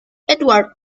edward